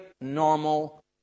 normal